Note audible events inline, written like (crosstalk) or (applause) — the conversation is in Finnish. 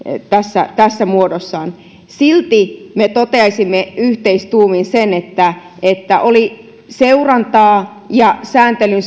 tässä tässä muodossaan silti me totesimme yhteistuumin sen että että seurantaa ja sääntelyn (unintelligible)